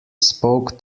spoke